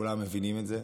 כולם מבינים את זה,